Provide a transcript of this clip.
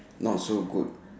not so good